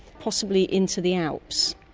possibly into the alps.